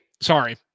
sorry